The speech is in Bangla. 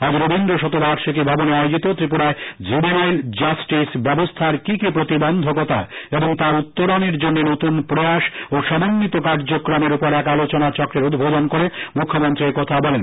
আজ রবীন্দ্র শতবার্ষিকী ভবনে আয়োজিত ত্রিপুরায় জুভেনাইল ব্যবস্থার কি কি প্রতিবন্ধকতা এবং তার উত্তরনের জন্যে নতুন প্রয়াস ও সমন্বিত কার্যক্রমের উপর এক আলোচনা চক্রের উদ্বোধন করে মুখ্যমন্ত্রী একথা বলেন